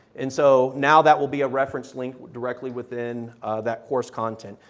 and so now that will be a reference link directly within that course content,